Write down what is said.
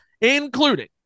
including